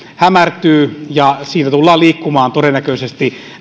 hämärtyy ja tässä alustatalouden maailmassa tullaan liikkumaan todennäköisesti